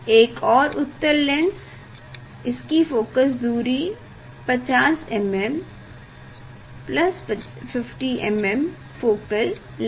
एक और उत्तल लेंस इसकी फोकस दूरी है 50mm 50mm फोकल लेंथ